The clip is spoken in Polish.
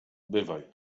bywaj